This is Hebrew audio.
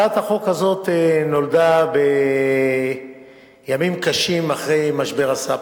הצעת החוק הזאת נולדה בימים קשים אחרי משבר הסאב-פריים.